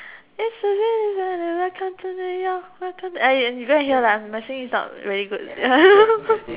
it's a really welcome to New York welcome to uh you go and hear lah my singing is not really good